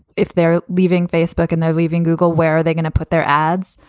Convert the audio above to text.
if they're leaving facebook and they're leaving google, where are they going to put their ads?